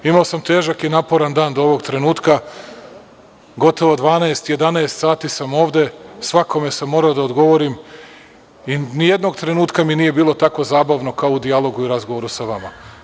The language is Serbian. Imao sam težak i naporan dan do ovog trenutka, gotovo 12, 11 sati sam ovde, svakome sam morao da odgovorim i jednog trenutka mi nije bilo tako zabavno kao u dijalogu i razgovoru sa vama.